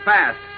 Fast